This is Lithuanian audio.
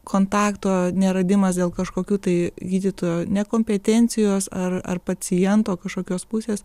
kontakto neradimas dėl kažkokių tai gydytojo nekompetencijos ar ar paciento kažkokios pusės